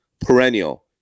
perennial